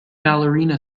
ballerina